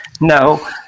No